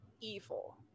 evil